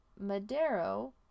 Madero